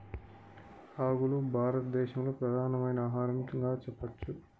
రాగులు భారత దేశంలో ప్రధానమైన ఆహారంగా చెప్పచ్చు